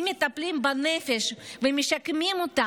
אם מטפלים בנפש ומשקמים אותה,